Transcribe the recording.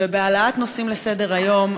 ובהעלאת נושאים לסדר-היום,